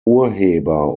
urheber